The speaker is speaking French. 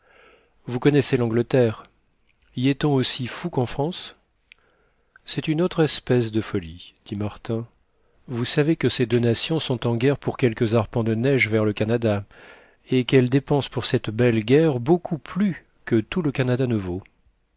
vous connaissez l'angleterre y est-on aussi fou qu'en france c'est une autre espèce de folie dit martin vous savez que ces deux nations sont en guerre pour quelques arpents de neige vers le canada et qu'elles dépensent pour cette belle guerre beaucoup plus que tout le canada ne vaut